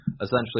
essentially